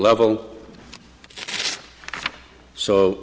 level so